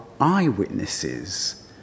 eyewitnesses